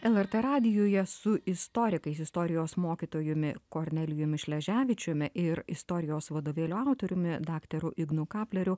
lrt radijuje su istorikais istorijos mokytojumi kornelijumi šleževičiumi ir istorijos vadovėlių autoriumi daktaru ignu kapleriu